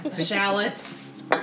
shallots